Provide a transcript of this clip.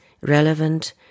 relevant